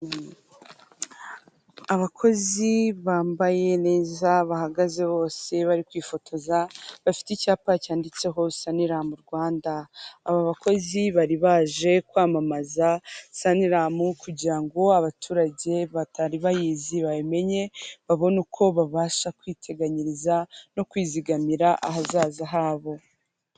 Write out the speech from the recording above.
Abakozi bambaye neza bahagaze bose bari kwifotoza bafite icyapa cyanditseho saniramu Rwanda, aba bakozi bari baje kwamamaza sanilamu kugirango abaturage batari bayizi bayimenye, babone uko babasha kwiteganyiriza no kwizigamira ahazaza habo.